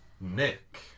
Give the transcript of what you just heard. Nick